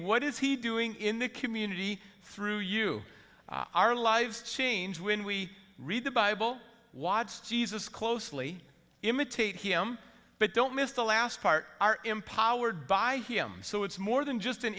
what is he doing in the community through you our lives changed when we read the bible watch jesus closely imitate him but don't miss the last part are empowered by him so it's more than just an